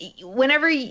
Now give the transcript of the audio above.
Whenever